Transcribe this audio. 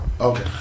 Okay